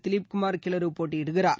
திலிப் குமார் கிலரு போட்டியிடுகிறார்